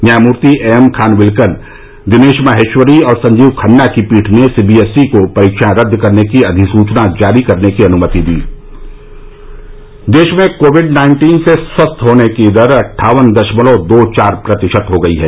न्यायमूर्ति एएम खानविलकर दिनेश महेश्वरी और संजीव खन्ना की पीठ ने सीबीएसई को परीक्षाए रद्द करने की अधिसूचना जारी करने की अनुमति दी देश में कोविड नाइन्टीन से स्वस्थ होने की दर अट्ठावन दशमलव दो चार प्रतिशत हो गई है